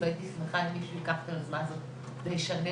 והאמת